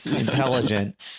intelligent